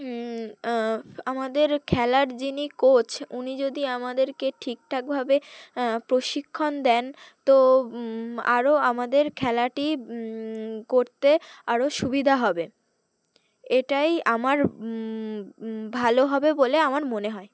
আমাদের খেলার যিনি কোচ উনি যদি আমাদেরকে ঠিক ঠাকভাবে প্রশিক্ষণ দেন তো আরও আমাদের খেলাটি করতে আরও সুবিধা হবে এটাই আমার ভালো হবে বলে আমার মনে হয়